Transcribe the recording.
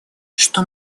что